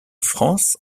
france